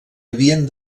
havien